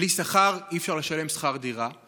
בלי שכר אי-אפשר לשלם שכר דירה.